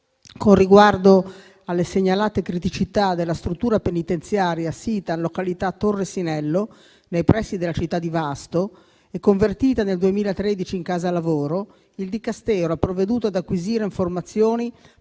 con riguardo alle segnalate criticità della struttura penitenziaria sita in località Torre Sinello nei pressi della città di Vasto, convertita nel 2013 in casa di lavoro, il Dicastero ha provveduto ad acquisire informazioni